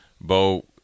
Bo –